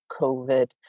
COVID